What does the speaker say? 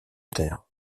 terre